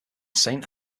saint